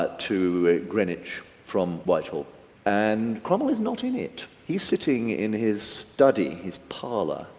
but to greenwich from whitehall and cromwell's not in it. he's sitting in his study, his parlour,